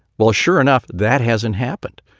well, sure enough, that hasn't happened.